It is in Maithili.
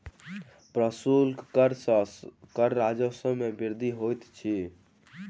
प्रशुल्क कर सॅ कर राजस्व मे वृद्धि होइत अछि